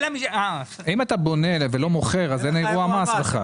אם אתה בונה ולא מוכר, אין אירוע מס.